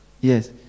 Yes